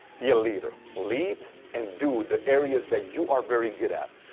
be a leader. lead, and do the areas that you are very good at.